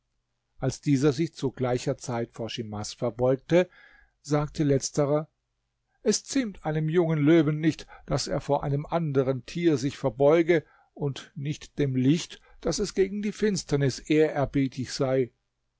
als dieser sich zu gleicher zeit vor schimas verbeugte sagte letzterer es ziemt einem jungen löwen nicht daß er vor einem anderen tier sich verbeuge und nicht dem licht daß es gegen die finsternis ehrerbietig sei